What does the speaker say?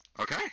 Okay